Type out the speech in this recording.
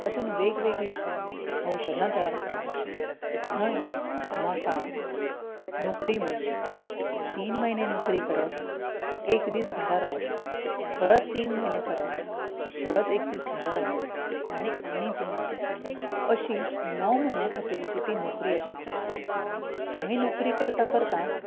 तातूंत वेगवेगळी औशधां तयार करता थंय म्हाका नोकरी मेळ्ळीं तीन म्हयने नोकरी करप एक दीस घरा रावप परत तीन म्हयने करप परत एक दीस घरा रावप आनी आनी तीन म्हयने अशी णव म्हयन्यां खातीरची ती नोकरी आशिल्ली थंय नोकरी करता करताच